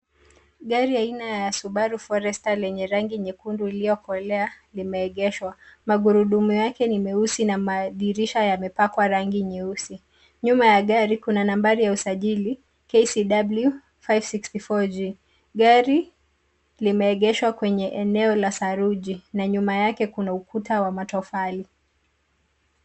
Gari aina ya Subaru Forester lenye rangi nyekundu iliyokolea limeegeshwa. Magurudumu yake ni meusi na madirisha yamepakwa rangi nyeusi. nyuma ya gari kuna nambari ya usajili KCW 564 G. Gari limeegeshwa kwenye eneo la saruji na nyuma yake kuna ukuta wa matofali.